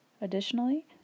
Additionally